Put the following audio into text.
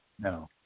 No